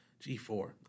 G4